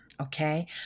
Okay